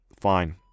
Fine